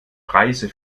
preise